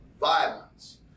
violence